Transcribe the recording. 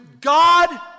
God